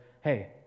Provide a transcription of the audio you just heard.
hey